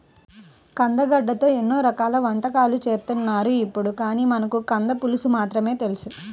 కందగడ్డతో ఎన్నో రకాల వంటకాలు చేత్తన్నారు ఇప్పుడు, కానీ మనకు కంద పులుసు మాత్రమే తెలుసు